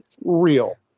real